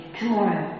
tomorrow